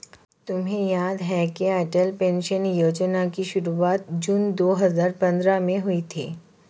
तुम्हें याद है क्या अटल पेंशन योजना की शुरुआत जून दो हजार पंद्रह में हुई थी?